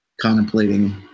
contemplating